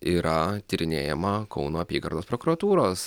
yra tyrinėjama kauno apygardos prokuratūros